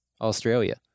Australia